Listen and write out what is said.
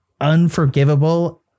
unforgivable